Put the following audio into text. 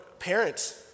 Parents